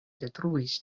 detruis